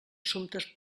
assumptes